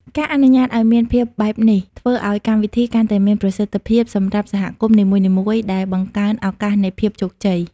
ការអនុញ្ញាតឱ្យមានភាពបែបនេះ ធ្វើឱ្យកម្មវិធីកាន់តែមានប្រសិទ្ធភាពសម្រាប់សហគមន៍នីមួយៗ ដែលបង្កើនឱកាសនៃភាពជោគជ័យ។